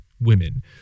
women